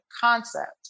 concept